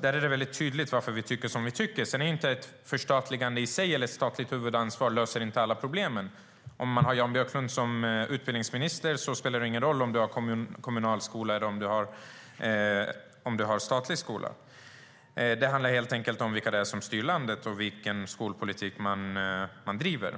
Det är väldigt tydligt varför vi tycker som vi tycker. Men ett förstatligande och ett statligt huvudansvar löser inte alla problem. Om man har Jan Björklund som utbildningsminister spelar det ingen roll om skolan är kommunal eller statlig. Det handlar helt enkelt om vilka det är som styr landet och vilken skolpolitik man driver.